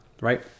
right